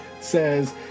says